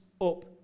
up